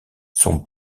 son